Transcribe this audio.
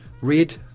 red